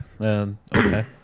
Okay